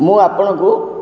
ମୁଁ ଆପଣଙ୍କୁ